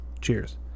Cheers